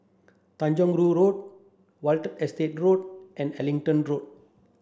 Tanjong Rhu Road Watten Estate Road and Abingdon Road